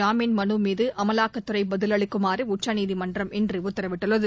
ஜாமீன் மனு மீது அமலாக்கத்துறை பதிலளிக்குமாறு உச்சநீதிமன்றம் இன்று உத்தரவிட்டுள்ளது